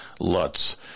Lutz